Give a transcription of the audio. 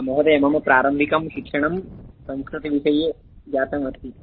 महोदय मम प्रारम्भिकं शिक्षणं संस्कृतविषये जातम् अस्ति